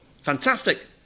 Fantastic